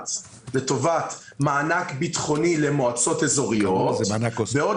לטובת מענק ביטחוני למועצות אזוריות ועוד